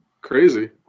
crazy